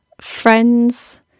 friends